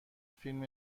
فیلم